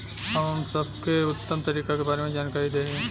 हम सबके उत्तम तरीका के बारे में जानकारी देही?